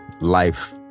life